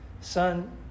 Son